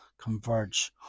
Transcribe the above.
converge